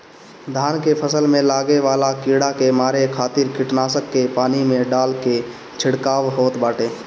धान के फसल में लागे वाला कीड़ा के मारे खातिर कीटनाशक के पानी में डाल के छिड़काव होत बाटे